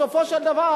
בסופו של דבר,